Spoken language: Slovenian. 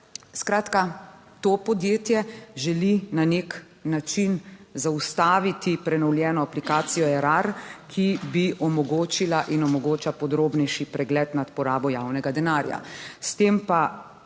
Skratka to podjetje želi na nek način zaustaviti prenovljeno aplikacijo Erar, ki bi omogočila in omogoča podrobnejši pregled nad porabo javnega denarja,